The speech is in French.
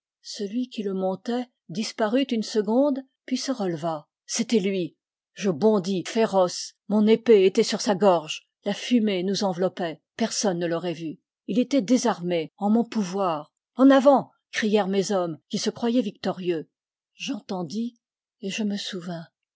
celui qui le montait disparut une seconde puis se releva c'était lui je bondis féroce mon épée était sur sa gorge la fumée nous enveloppait personne ne l'aurait vu il était désarmé en mon pouvoir en avant crièrent mes hommes qui se croyaient victorieux j'entendis et je me souvins